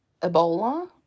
Ebola